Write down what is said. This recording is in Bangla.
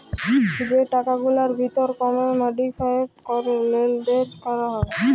যে টাকাগুলার ভিতর ক্যরে মডিফায়েড ক্যরে লেলদেল ক্যরা হ্যয়